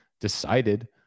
decided